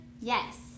yes